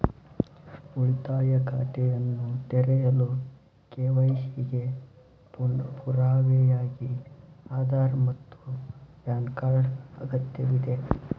ಉಳಿತಾಯ ಖಾತೆಯನ್ನು ತೆರೆಯಲು ಕೆ.ವೈ.ಸಿ ಗೆ ಪುರಾವೆಯಾಗಿ ಆಧಾರ್ ಮತ್ತು ಪ್ಯಾನ್ ಕಾರ್ಡ್ ಅಗತ್ಯವಿದೆ